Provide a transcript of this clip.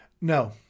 no